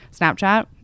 Snapchat